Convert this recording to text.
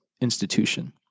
institution